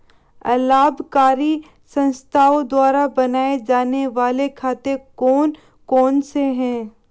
अलाभकारी संस्थाओं द्वारा बनाए जाने वाले खाते कौन कौनसे हैं?